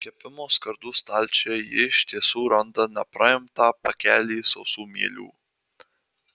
kepimo skardų stalčiuje ji iš tiesų randa nepraimtą pakelį sausų mielių